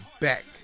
back